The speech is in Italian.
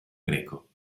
greco